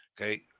okay